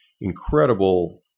incredible